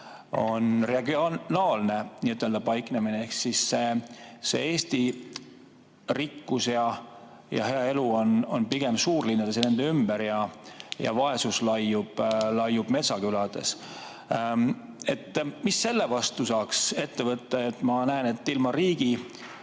on regionaalne paiknemine. Ehk Eesti rikkus ja hea elu on pigem suurlinnades ja nende ümber, aga vaesus laiub metsakülades. Mida selle vastu saaks ette võtta? Ma näen, et ilma riigi